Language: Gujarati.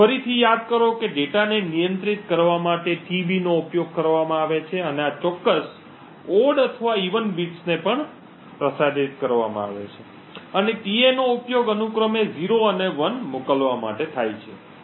ફરીથી યાદ કરો કે ડેટાને નિયંત્રિત કરવા માટે tB નો ઉપયોગ કરવામાં આવે છે અને ચોક્કસ ઓડ અથવા ઇવન બિટ્સ પણ પ્રસારિત કરવામાં આવે છે અને tA નો ઉપયોગ અનુક્રમે 0 અને 1 મોકલવા માટે થાય છે